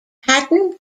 hatton